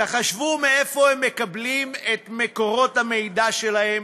תחשבו מאיפה הם מקבלים את המידע שלהם